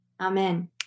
Amen